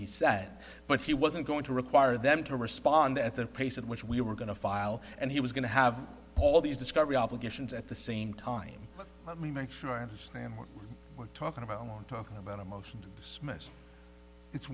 he said but he wasn't going to require them to respond at the pace at which we were going to file and he was going to have all these discovery obligations at the same time let me make sure i understand what we're talking about talking about a motion to dismiss it's